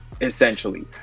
essentially